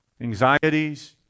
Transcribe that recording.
Anxieties